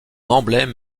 emblème